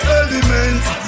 elements